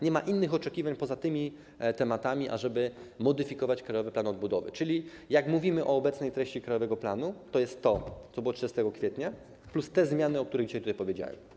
Nie ma innych oczekiwań poza tymi tematami, ażeby modyfikować Krajowy Plan Odbudowy, czyli, jak mówimy o obecnej treści krajowego planu, to jest to, co było 30 kwietnia, plus te zmiany, o których dzisiaj tutaj powiedziałem.